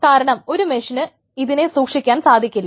കാരണം ഒരു മെഷീന് ഇതിനെ സൂക്ഷിക്കാൻ സാധിക്കില്ല